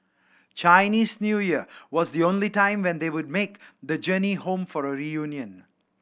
Chinese New Year was the only time when they would make the journey home for a reunion